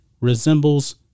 resembles